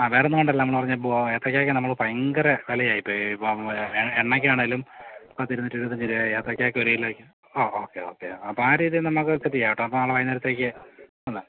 ങാ വേറൊന്നും കൊണ്ടല്ല നമ്മൾ പറഞ്ഞ ഇപ്പോൾ ഏത്തക്കായ്ക്ക് നമ്മൾ ഭയങ്കര വിലയായിപ്പോയി എണ്ണയ്ക്ക ആണെങ്കിലും പത്തിരുന്നൂറ്റിയെഴുപത്തഞ്ച് രൂപായായി ഏത്തയ്ക്കായ്ക്ക് ഒരുകിലോയ്ക്ക് ങാ ഓക്കേ ഓക്കേ അപ്പം ആ രീതിയിൽ നമുക്ക് സെറ്റ് ചെയ്യാം കെട്ടോ അപ്പോൾ നാളെ വൈകുന്നേരത്തേയ്ക്ക്